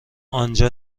آنجا